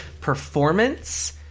performance